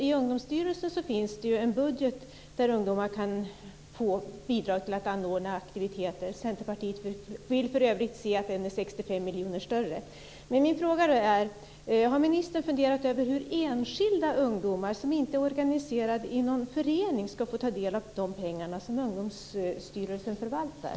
I Ungdomsstyrelsen finns det en budget varifrån ungdomar kan få bidrag till att anordna aktiviteter. Centerpartiet vill för övrigt se att den blir 65 miljoner större. Men min fråga är: Har ministern funderat över hur enskilda ungdomar, som inte är organiserade i någon förening, ska få ta del av de pengar som Ungdomsstyrelsen förvaltar?